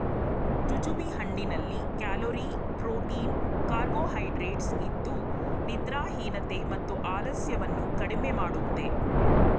jujube ಹಣ್ಣಿನಲ್ಲಿ calorie, protein carbohydrates ಇದ್ದು ನಿದ್ರಾಹೀನತೆ ಮತ್ತು ಆಲಸ್ಯವನ್ನು ಕಡಿಮೆ ಮಾಡುತ್ತೆ